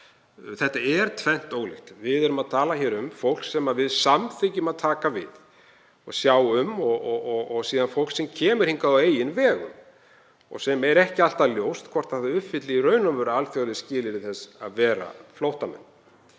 Þetta er tvennt ólíkt. Við erum að tala um fólk sem við samþykkjum að taka við og sjá um og síðan fólk sem kemur hingað á eigin vegum og ekki er alltaf ljóst hvort það uppfylli í raun og veru alþjóðleg skilyrði þess að vera flóttamenn.